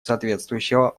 соответствующего